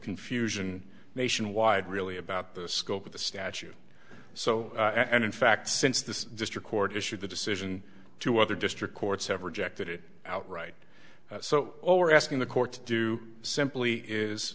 confusion nationwide really about the scope of the statute so and in fact since the district court issued the decision to other district courts have rejected it outright so all we're asking the court to do simply is